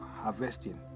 harvesting